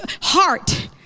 heart